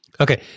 Okay